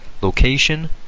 location